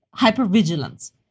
hypervigilance